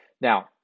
Now